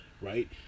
right